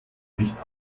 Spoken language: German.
nicht